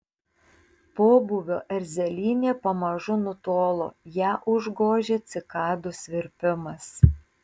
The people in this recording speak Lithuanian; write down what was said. pobūvio erzelynė pamažu nutolo ją užgožė cikadų svirpimas